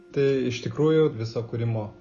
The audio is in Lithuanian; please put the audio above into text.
tai iš tikrųjų viso kūrimo